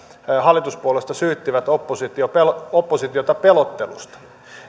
hallituspuolueista syyttivät täällä oppositiota pelottelusta